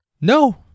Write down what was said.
No